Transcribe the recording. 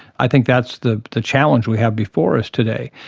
i think that's the the challenge we have before us today.